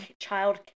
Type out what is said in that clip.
child